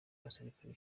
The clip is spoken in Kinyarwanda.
abasirikari